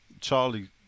Charlie